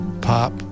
pop